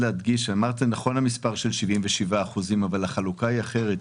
אמרת נכון את המספר של 77%, אבל החלוקה היא אחרת.